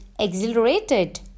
Exhilarated